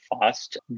fast